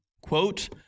Quote